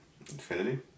Infinity